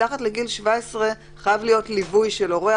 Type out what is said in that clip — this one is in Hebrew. מתחת לגיל 17 חייב להיות ליווי של הורה,